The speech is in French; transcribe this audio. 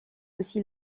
ainsi